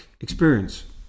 experience